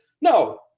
No